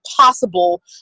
possible